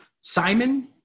Simon